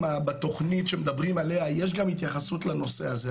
בתוכנית שמדברים עליה יש גם התייחסות לנושא הזה,